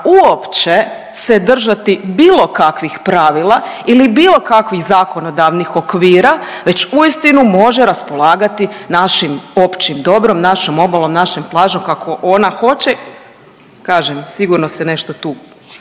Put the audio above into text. uopće se držati bilo kakvih pravila ili bilo kakvih zakonodavnih okvira već uistinu može raspolagati našim općim dobrom, našom obalom, našom plažom kako ona hoće, kažem sigurno se nešto tu